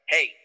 Hey